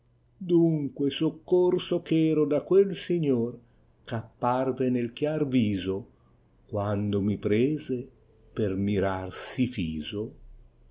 dunque soccorso cheto da quel signor che apparve nel chiar tììo quando mi prese per mirar si fiso